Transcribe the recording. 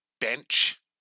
bench